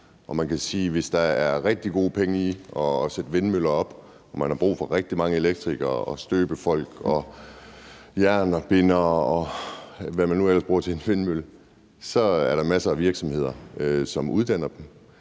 Og man kan sige, at hvis der er rigtig gode penge i at sætte vindmøller op og man har brug for rigtig mange elektrikere, støbefolk, jernbindere, og hvad man nu ellers bruger til en vindmølle, så er der masser af virksomheder, som uddanner dem.